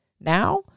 Now